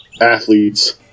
athletes